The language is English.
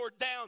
down